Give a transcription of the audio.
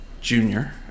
junior